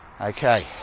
Okay